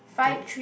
can we